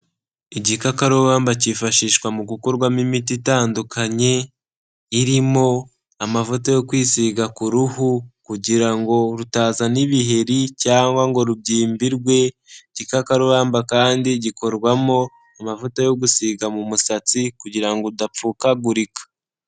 Igikakarubamba cyifashishwa mu gukorwamo imiti itandukanye, irimo amavuta yo kwisiga ku ruhu kugira ngo rutazana ibiheri, cyangwa ngo rubyimbirwe, igikakarubamba kandi gikorwamo amavuta yo gusiga mu musatsi kugira ngo udapfukagurika.